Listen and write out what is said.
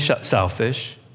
selfish